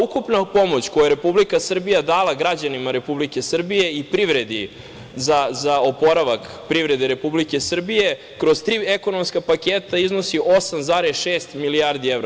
Ukupna pomoć koju je Republika Srbija dala građanima Republike Srbije i privredi za oporavak privrede Republike Srbije kroz tri ekonomska paketa iznosi 8,6 milijardi evra.